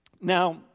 Now